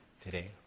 today